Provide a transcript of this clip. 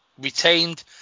retained